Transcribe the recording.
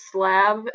Slab